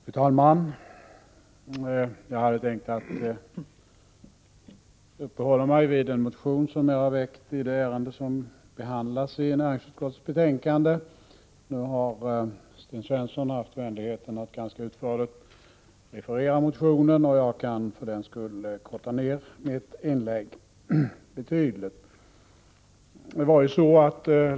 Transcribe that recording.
| Fru talman! Jag hade tänkt uppehålla mig vid den motion som jag har väckt med anledning av det ärende som behandlas i näringsutskottets betänkande. Nu har Sten Svensson haft vänligheten att ganska utförligt referera motionen, och jag kan för den skull korta ned mitt inlägg betydligt.